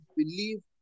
believe